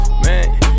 Man